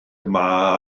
mae